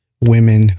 women